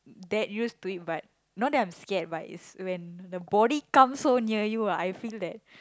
that used to it but not that I'm scared but is when the body comes so near you I feel that